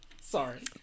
Sorry